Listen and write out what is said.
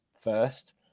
first